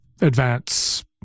advance